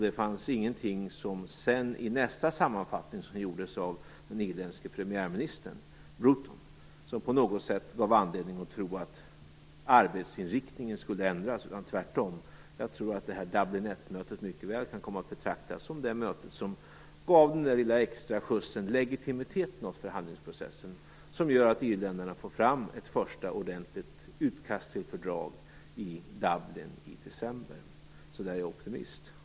Det fanns ingenting som sedan, i nästa sammanfattning - som gjordes av den irländske premiärministern John Bruton - som på något sätt gav anledning att tro att arbetsinriktningen skulle ändras. Tvärtom tror jag att Dublin I-mötet mycket väl kan komma att betraktas som det möte som gav den där lilla extra skjutsen och legitimiteten åt förhandlingsprocessen, och det kommer att göra att irländarna kan få fram ett första ordentligt utkast till fördrag i Dublin i december. Så jag är optimist.